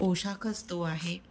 पोशाखच तो आहे